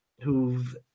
who've